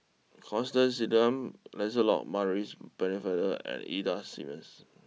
Constance Singam Lancelot Maurice Pennefather and Ida Simmons